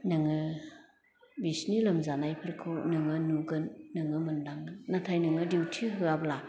नोङो बिसिनि लोमजानायफोरखौ नोङो नुगोन नोङो मोनदांगोन नाथाइ नोङो दिउथि होयाब्ला